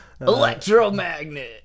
electromagnet